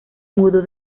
mudó